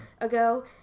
ago